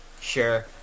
Sure